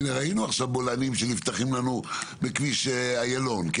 הינה, ראינו עכשיו בולענים שנפתחים בכביש איילון.